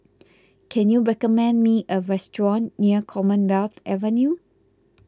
can you recommend me a restaurant near Commonwealth Avenue